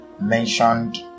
mentioned